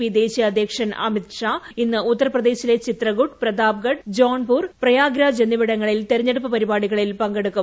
P ദേശീയ അദ്ധ്യക്ഷൻ അമിത് ഷാ ഇന്ന് ഉത്തർപ്രദേശിലെ ചിത്രകൂട് പ്രതാപ്ഗർ ജോൺപൂർ പ്രയാഗ്രാജ് എന്നിവിടങ്ങളിൽ തിരഞ്ഞെടുപ്പ് പരിപാടികളിൽ പങ്കെടുക്കും